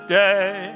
day